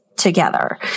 together